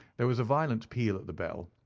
there was a violent peal at the bell,